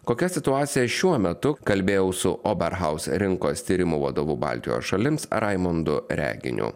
kokia situacija šiuo metu kalbėjau su ober haus rinkos tyrimų vadovu baltijos šalims raimondu reginiu